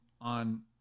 on